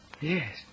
Yes